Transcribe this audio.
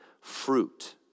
fruit